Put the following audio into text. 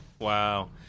Wow